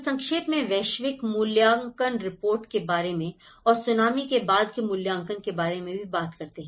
तो संक्षेप में वैश्विक मूल्यांकन रिपोर्ट के बारे में और सुनामी के बाद के मूल्यांकन के बारे में भी बात करते हैं